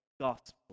gospel